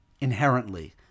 inherently